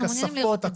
תוספות,